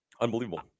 unbelievable